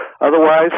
Otherwise